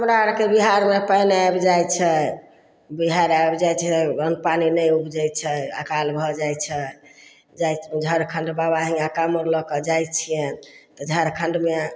हमरा आरके बिहारमे पानि आबि जाइ छै बिहारि आबि जाइ छै अन्न पानि नहि उपजै छै अकाल भऽ जाइ छै जाइ झारखण्ड बाबा हिआँ कामर लऽ कऽ जाइ छियनि तऽ झारखण्डमे